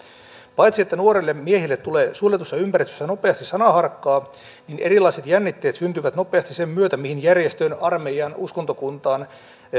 paitsi että nuorille miehille tulee suljetussa ympäristössä nopeasti sanaharkkaa niin erilaiset jännitteet syntyvät nopeasti sen myötä mihin järjestöön armeijaan uskontokuntaan